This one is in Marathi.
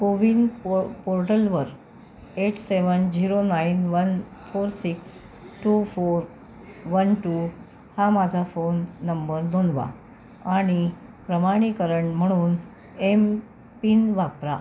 कोविन पोअ पोर्टलवर eight seven zero nine one four six two four one two हा माझा फोन नंबर नोंदवा आणि प्रमाणीकरण म्हणून एम पिन वापरा